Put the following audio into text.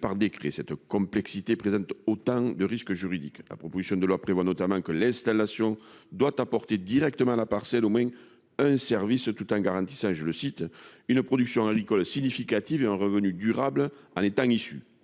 par décret. Cette complexité présente autant de risques juridiques. Le texte de la commission prévoit notamment que l'installation devra apporter directement à la parcelle au moins un service, tout en garantissant « une production agricole significative et un revenu durable en étant issu.